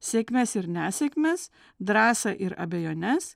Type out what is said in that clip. sėkmes ir nesėkmes drąsą ir abejones